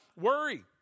worry